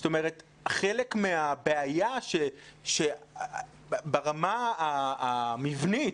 זאת אומרת, חלק מהבעיה ברמה המבנית,